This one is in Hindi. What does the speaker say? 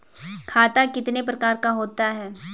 खाता कितने प्रकार का होता है?